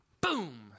boom